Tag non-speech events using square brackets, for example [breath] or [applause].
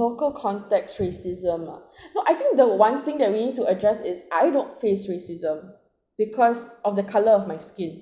local context racism lah [breath] no I think the one thing that we need to address is I don't face racism because of the color of my skin